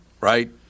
right